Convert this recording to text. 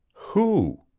who?